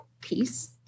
peace